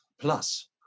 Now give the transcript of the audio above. plus